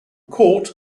court